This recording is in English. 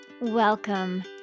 Welcome